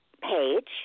page